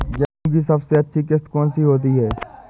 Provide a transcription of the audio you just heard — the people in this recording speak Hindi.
गेहूँ की सबसे अच्छी किश्त कौन सी होती है?